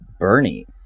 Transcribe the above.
Bernie